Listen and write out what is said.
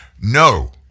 No